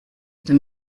dem